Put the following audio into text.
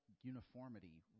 uniformity